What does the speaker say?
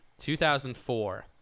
2004